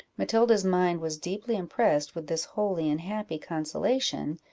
matilda's mind was deeply impressed with this holy and happy consolation,